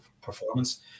performance